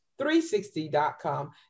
360.com